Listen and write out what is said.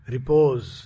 Repose